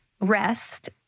rest